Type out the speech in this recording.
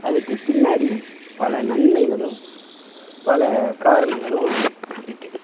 அதுக்கு பின்னாடி பல நன்மைகளும் பல காரணங்களும் இருக்குது